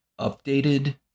updated